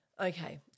Okay